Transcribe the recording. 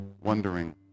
wondering